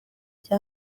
bya